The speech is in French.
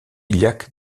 iliaque